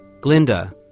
Glinda